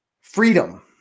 freedom